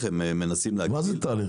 תהליך --- מה זה תהליך.